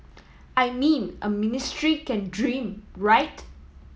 I mean a ministry can dream right